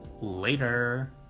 Later